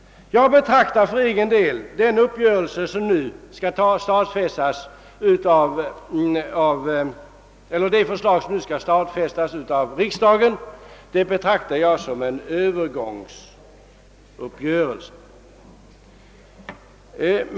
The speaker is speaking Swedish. Jag betraktar för egen del det förslag som nu skall stadfästas av riksdagen som en övergångsuppgörelse.